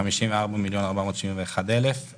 הארעי, כאמור באשדוד הכול תקוע משפטית.